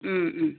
ꯎꯝ ꯎꯝ